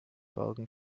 bergen